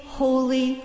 holy